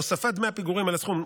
הוספת דמי הפיגורים על הסכום,